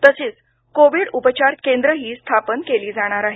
तशीच कोविड उपचार केंद्रंही स्थपन केली जाणार आहेत